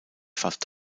fast